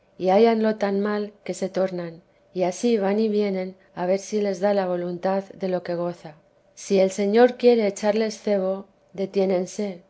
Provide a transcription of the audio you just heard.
y hállanlo tan mal que se tornan y ansí van y vienen a ver si les da la voluntad de lo que goza si el señor quiere echarles cebo deticnense y